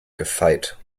gefeit